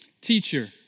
Teacher